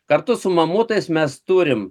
kartu su mamutais mes turim